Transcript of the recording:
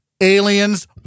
Aliens